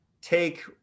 take